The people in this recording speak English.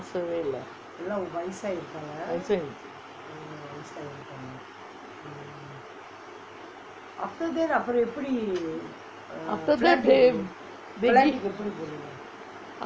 pass away lah after that they